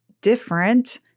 different